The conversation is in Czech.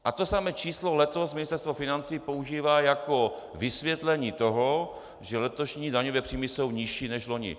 A to samé číslo letos Ministerstvo financí používá jako vysvětlení toho, že letošní daňové příjmy jsou nižší než loni.